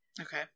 okay